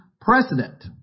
precedent